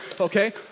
okay